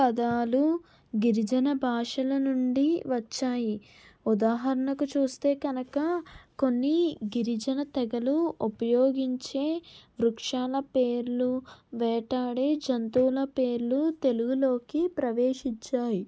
పదాలు గిరిజన భాషల నుండి వచ్చాయి ఉదాహరణకు చూస్తే కనక కొన్ని గిరిజన తెగలు ఉపయోగించే వృక్షాల పేర్లు వేటాడే జంతువుల పేర్లు తెలుగులోకి ప్రవేశించాయి